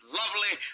lovely